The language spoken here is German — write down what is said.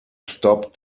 stop